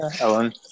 Ellen